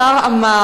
השר אמר